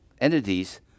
entities